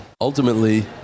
ultimately